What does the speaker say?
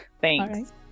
Thanks